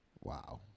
Wow